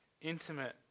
Intimate